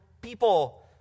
people